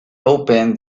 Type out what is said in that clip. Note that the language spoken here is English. opened